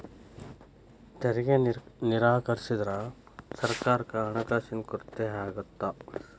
ತೆರಿಗೆ ನಿರಾಕರಿಸಿದ್ರ ಸರ್ಕಾರಕ್ಕ ಹಣಕಾಸಿನ ಕೊರತೆ ಆಗತ್ತಾ